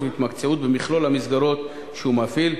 וההתמקצעות במכלול המסגרות שהוא מפעיל,